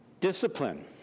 discipline